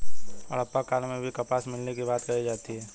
हड़प्पा काल में भी कपास मिलने की बात कही जाती है